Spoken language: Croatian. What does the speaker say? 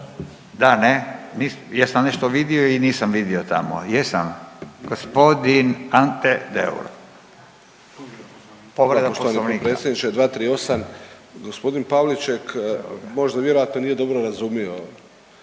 Da, ne, jesam nešto vidio ili nisam vidio tamo? Jesam. G. Ante Deur. Povreda Poslovnika.